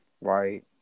Right